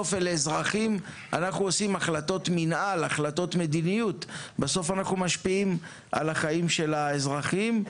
אנחנו עושים החלטות מינהל ומדיניות ובסוף אנחנו משפיעים על חיי האזרחים.